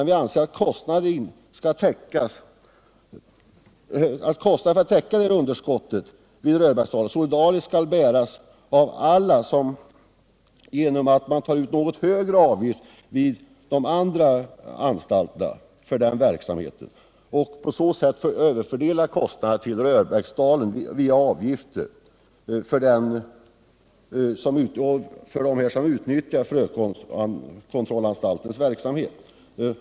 Vi anser att de extra kostnaderna för Röbäck sdalen skall bäras solidariskt av alla genom att man tar ut en något högre avgift vid de andra anstalterna och att medlen alltså förs över till Röbäcksdalen via de avgifterna för att man utnyttjar frökontrollanstalternas tjänster.